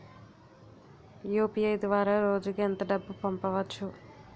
UPI ద్వారా రోజుకి ఎంత డబ్బు పంపవచ్చు?